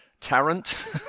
Tarrant